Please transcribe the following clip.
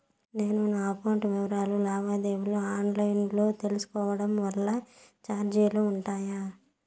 నేను నా అకౌంట్ వివరాలు లావాదేవీలు ఆన్ లైను లో తీసుకోవడం వల్ల చార్జీలు ఉంటాయా?